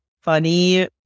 funny